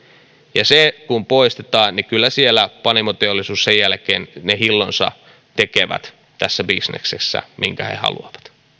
se kun poistetaan niin kyllä siellä panimoteollisuus sen jälkeen ne hillonsa tekee tässä bisneksessä minkä he